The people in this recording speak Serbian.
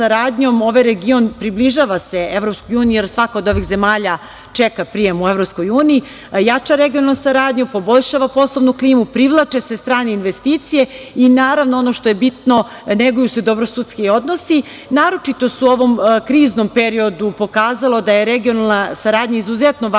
ovaj region približava se EU, jer svaka od ovih zemalja čeka prijem u EU, jača regionalnu saradnju, poboljšava poslovnu klimu, privlače se strane investicije i naravno ono što je bitno, neguju se dobrosusedski odnosi. Naročito se u ovom kriznom periodu pokazalo da je regionalna saradnja izuzetno važna